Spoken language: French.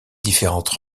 différentes